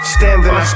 Standing